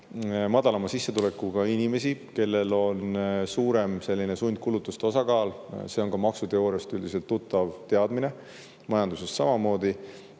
madalama sissetulekuga inimesi, kellel on suurem selline sundkulutuste osakaal. See on ka maksuteooriast üldiselt tuttav teadmine, majandusest samamoodi.